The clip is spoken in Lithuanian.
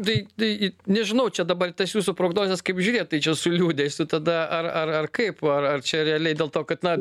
tai tai nežinau čia dabar į tas jūsų prognozes kaip žiūrėt tai čia su liūdesiu tada ar ar ar kaip ar ar čia realiai dėl to kad na